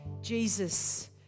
Jesus